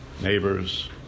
neighbors